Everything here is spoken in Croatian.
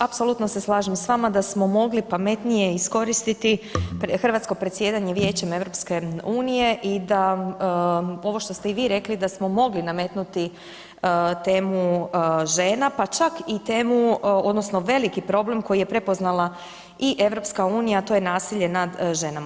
Apsolutno se slažem s vama da smo mogli pametnije iskoristiti hrvatsko predsjedanje Vijećem EU i da ovo što ste i vi rekli da smo mogli nametnuti temu žena, pa čak i temu odnosno veliki problem koji je prepoznala i EU to je nasilje nad ženama.